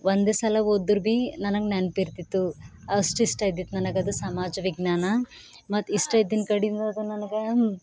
ಒಂದೇ ಸಲ ಹೋದ್ರೂ ಭೀ ನನಗೆ ನೆನಪಿರ್ತಿತ್ತು ಅಷ್ಟಿಷ್ಟ ಇದ್ದಿತ್ತು ನನಗದು ಸಮಾಜ ವಿಜ್ಞಾನ ಮತ್ತು ಇಷ್ಟ ಇದ್ದಿದ್ ಕಡೆಂದದು ನನಗೆ